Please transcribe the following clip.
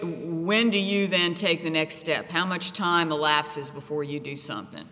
when do you then take the next step how much time elapses before you do something